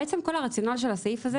כל הרציונל של הסעיף הזה